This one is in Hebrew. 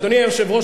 אדוני היושב-ראש,